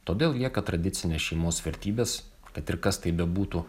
todėl lieka tradicines šeimos vertybes kad ir kas tai bebūtų